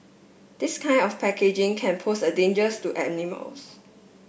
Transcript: this kind of packaging can pose a dangers to animals